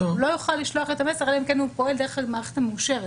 הוא לא יוכל לשלוח את המסר אלא אם כן הוא פועל דרך המערכת המאושרת.